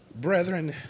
Brethren